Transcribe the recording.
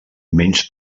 menys